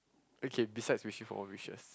okay beside wishing for more wishes